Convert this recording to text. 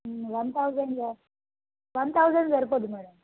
one thousand one thousand సరిపోద్ది madam